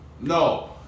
no